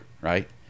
right